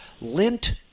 lint